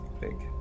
big